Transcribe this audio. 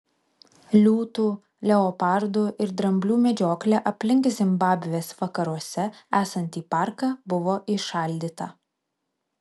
liūtų leopardų ir dramblių medžioklė aplink zimbabvės vakaruose esantį parką buvo įšaldyta